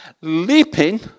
leaping